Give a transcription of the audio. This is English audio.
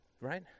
Right